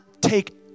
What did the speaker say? take